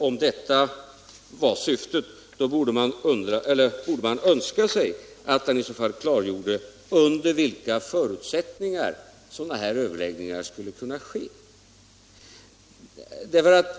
Om detta var syftet borde man önska sig att han klargjorde under vilka förutsättningar sådana överläggningar skulle kunna ske.